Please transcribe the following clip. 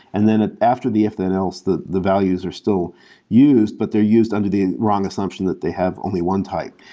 and then after the if-then-else, the the values are still used, but they're used under the wrong assumption that they have only one type.